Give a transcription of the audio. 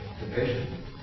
division